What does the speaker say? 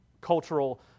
cultural